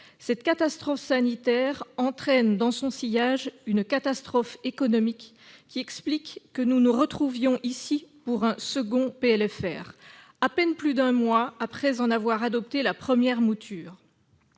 Cette catastrophe sanitaire entraîne dans son sillage une catastrophe économique qui explique que nous nous retrouvions ici pour un second projet de loi de finances rectificative, à peine plus d'un mois après en avoir adopté la première mouture.